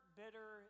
bitter